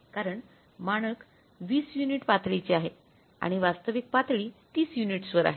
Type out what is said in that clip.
कारण मानक २० युनिट पातळीचे आहे आणि वास्तविक पातळी 30 युनिट्सवर आहे